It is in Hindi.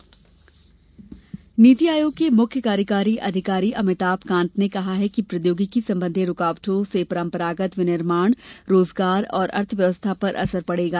नीति आयोग नीति आयोग के मुख्य कार्यकारी अधिकारी अमिताभ कांत ने कहा है कि प्रौद्योगिकी संबंधी रूकावटों से परंपरागत विनिर्माण रोजगार और अर्थव्यवस्था पर असर पड़ेगा